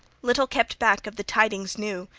little kept back of the tidings new,